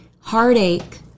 heartache